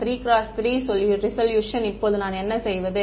3 × 3 resolution இப்போது நான் என்ன செய்வது